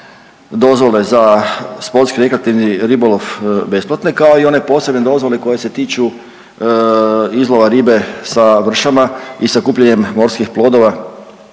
dozvole za sportski i rekreativni ribolov besplatne, kao i one posebne dozvole koje se tiču izlova ribe sa vršama i sakupljanjem morskih plodova